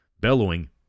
Bellowing